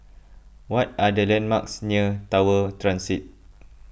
what are the landmarks near Tower Transit